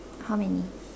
how many